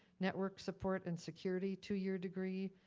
network support and security two-year degree,